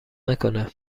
نکنه